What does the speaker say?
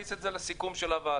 נכניס את זה לסיכום של הוועדה.